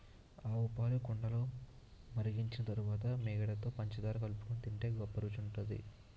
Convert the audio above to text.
ఆవుపాలు కుండలో మరిగించిన తరువాత మీగడలో పంచదార కలుపుకొని తింటే గొప్ప రుచిగుంటది